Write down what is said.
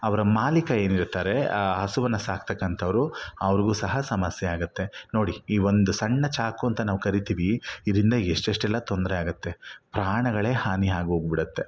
ಅವರ ಮಾಲೀಕ ಏನಿರ್ತಾರೆ ಆ ಹಸುವನ್ನು ಸಾಕ್ತಕ್ಕಂಥವರು ಅವ್ರಿಗೂ ಸಹ ಸಮಸ್ಯೆ ಆಗುತ್ತೆ ನೋಡಿ ಈ ಒಂದು ಸಣ್ಣ ಚಾಕು ಅಂತ ನಾವು ಕರಿತೀವಿ ಇದರಿಂದ ಎಷ್ಟೆಷ್ಟೆಲ್ಲ ತೊಂದರೆ ಆಗುತ್ತೆ ಪ್ರಾಣಗಳೇ ಹಾನಿ ಆಗೋಗ್ಬಿಡುತ್ತೆ